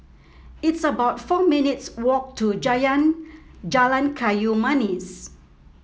it's about four minutes' walk to Jalan Kayu Manis